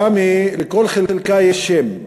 בראמה לכל חלקה יש שם.